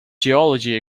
geology